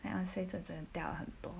水准真的掉很多